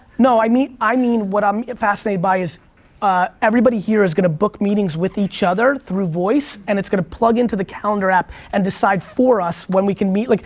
no i mean, i mean what i'm fascinated by is everybody here is gonna book meetings with each other through voice, and it's gonna plug into the calendar app and decide for us when we can meet. like